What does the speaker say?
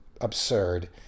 absurd